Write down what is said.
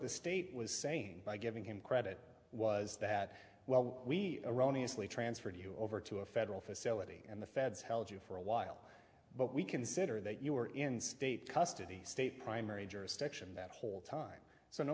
the state was saying by giving him credit was that well we are only easily transferred you over to a federal facility and the feds held you for a while but we consider that you were in state custody state primary jurisdiction that whole time so no